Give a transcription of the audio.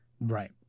Right